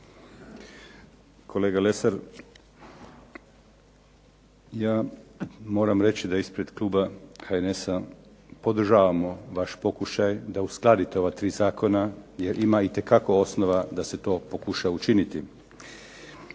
Kolega Lesar, ja moram reći da ispred kluba HNS-a podržavamo vaš pokušaj da uskladite ova tri zakona jer ima itekako osnova da se to pokuša učiniti.